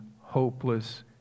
hopeless